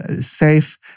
safe